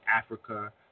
Africa